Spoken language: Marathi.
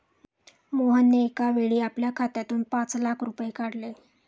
मोहनने एकावेळी आपल्या खात्यातून पाच लाख रुपये काढले